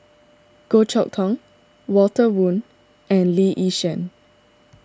Goh Chok Tong Walter Woon and Lee Yi Shyan